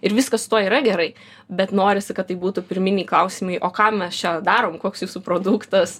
ir viskas su tuo yra gerai bet norisi kad tai būtų pirminiai klausimai o ką mes čia darom koks jūsų produktas